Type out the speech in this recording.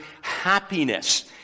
happiness